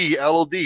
LOD